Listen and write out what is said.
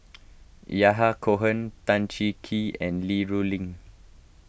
Yahya Cohen Tan Cheng Kee and Li Rulin